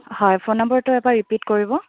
হয় ফোন নাম্বৰটো এবাৰ ৰিপিট কৰিব